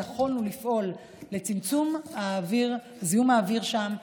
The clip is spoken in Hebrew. היה לפעול לצמצום זיהום האוויר שם,